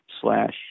slash